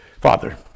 Father